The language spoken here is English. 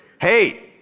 Hey